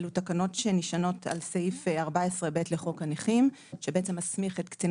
אלו תקנות שנשענות על סעיף 14ב לחוק הנכים שבעצם מסמיך את קצין